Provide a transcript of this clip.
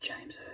James